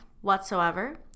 whatsoever